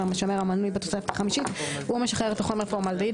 משמר המנוי בתוספת החמישית ומשחרר את החומר פורמלדהיד